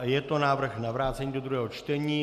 Je to návrh na vrácení do druhého čtení.